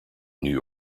new